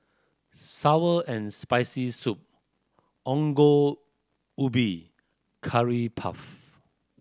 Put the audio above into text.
sour and Spicy Soup Ongol Ubi Curry Puff